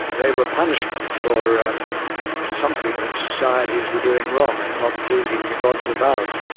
they were punishment for um something that societies were doing wrong and not pleasing the gods above,